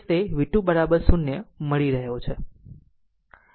voltage તે v 2 0 મળી રહ્યો છે